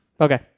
Okay